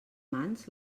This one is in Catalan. mans